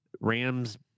ram's